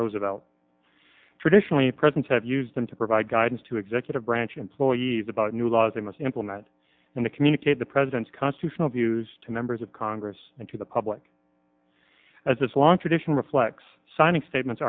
roosevelt traditionally present have used them to provide guidance to executive branch employees about new laws they must implement and to communicate the president's constitutional views to members of congress and to the public as its long tradition reflects signing statements